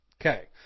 Okay